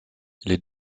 les